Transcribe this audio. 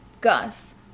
Gus